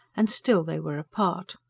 and still they were apart.